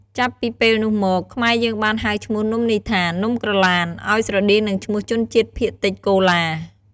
ចាប់ពីពេលនោះមក ខ្មែរយើងបានហៅឈ្មោះនំនេះថា "នំក្រឡាន" ឱ្យស្រដៀងនឹងឈ្មោះជនជាតិភាគតិចកូឡា។